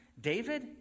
David